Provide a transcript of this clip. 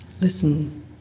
Listen